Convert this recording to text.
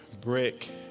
brick